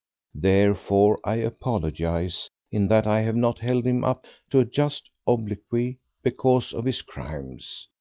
therefore, i apologize in that i have not held him up to a just obloquy because of his crimes,